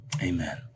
amen